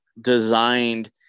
designed